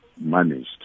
managed